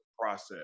process